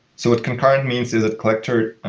so ah concurrent mean is a collector